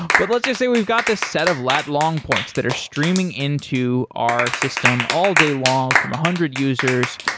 but let's just say we've got this set of lat long points that are streaming into our system all day long from a hundred users.